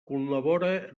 col·labora